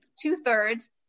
two-thirds